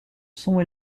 sons